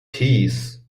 tees